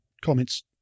comments